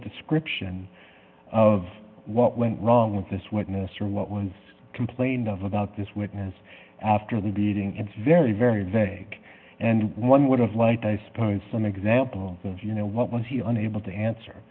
description of what went wrong with this witness or what once complained of about this witness after the beating it's very very vague and one would have liked i suppose some example of you know what was he unable to answer